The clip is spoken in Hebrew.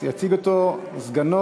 יציג את זה סגנו,